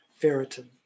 ferritin